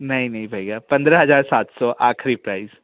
नहीं नहीं भैया पंद्रह हज़ार सात सो आख़िरी प्राइज़ है